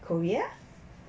korea